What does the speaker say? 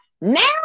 Now